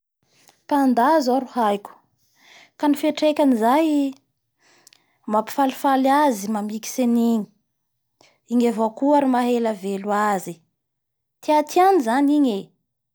Panda zao no haiko ka ny fietrekan-izay mampifalifaly azy mamikitsy an'iny igny avao koa ro maha ea velo azy, tiatiany zany igny e!